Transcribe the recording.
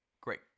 Great